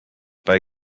bei